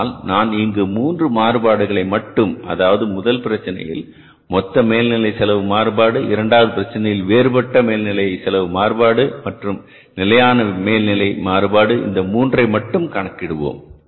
ஆனால் நான் இங்கு மூன்று மாறுபாடுகளை மட்டும் அதாவது முதல் பிரச்சனையில் மொத்த மேல்நிலை செலவு மாறுபாடு இரண்டாவது பிரச்சனையில் வேறுபட்ட மேல்நிலை செலவு மாறுபாடு மற்றும் நிலையான மேல்நிலை மாறுபாடு இந்த மூன்றை மட்டும் கணக்கிடுவோம்